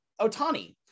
Otani